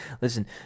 Listen